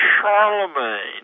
Charlemagne